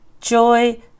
joy